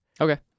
Okay